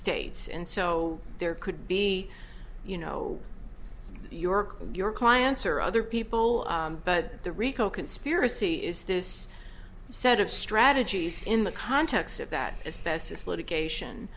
states and so there could be you know york your clients or other people but the rico conspiracy is this set of strategies in the context of that as best as litigation